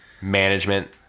management